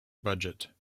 budget